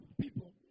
people